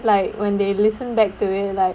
like when they listen back to it like